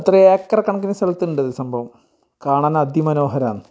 അത്ര ഏക്കർ കണക്കിന് സ്ഥലത്തുണ്ട് ഈ സംഭവം കാണാനതിമനോഹരാന്ന്